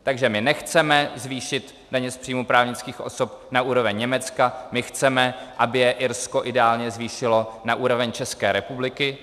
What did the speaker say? Takže my nechceme zvýšit daně z příjmů právnických osob na úroveň Německa, my chceme, aby je Irsko ideálně zvýšilo na úroveň České republiky.